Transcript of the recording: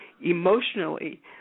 emotionally